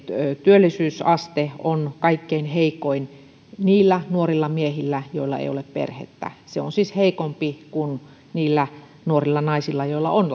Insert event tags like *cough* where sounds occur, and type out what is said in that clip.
työllisyysaste on kaikkein heikoin niillä nuorilla miehillä joilla ei ole perhettä se on siis heikompi kuin niillä nuorilla naisilla joilla on *unintelligible*